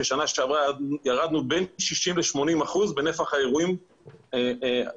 שבשנה שעברה ירדנו בין 60% ל-80% בנפח האירועים בחופים.